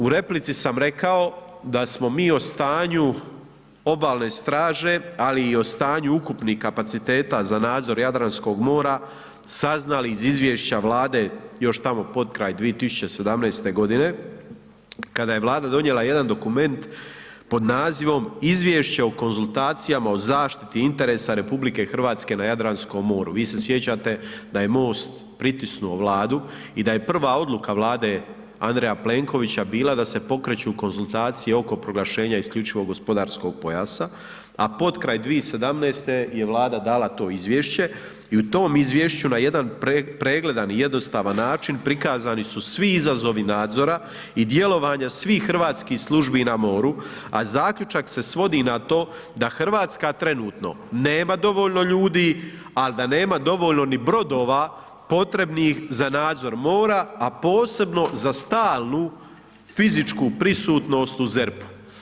U replici sam rekao da smo mi o stanju Obalne straže ali i o stanju ukupnih kapaciteta za nadzor Jadranskog mora, saznali iz izvješća Vlade još tamo potkraj 2017. g. kada je Vlada donijela jedan dokument pod nazivom „Izvješće o konzultacijama o zaštiti interesa Republike Hrvatske na Jadranskom moru“, vi se sjećate da je MOST pritisnuo Vladu i da je prva odluka Vlade Andreja Plenkovića bila da se pokreću konzultacije oko proglašenja isključivog gospodarskog pojasa a potkraj 2017. je Vlada dala to izvješće i u tom izvješću na jedan pregledan i jednostavan način, prikazani su svi izazovi nadzora i djelovanja svih hrvatskih službi na moru a zaključak se svodi na to da Hrvatska trenutno nema dovoljno ljudi ali da nema dovoljno ni brodova potrebnih za nadzor mora a posebno za stalnu fizičku prisutnost u ZERP-u.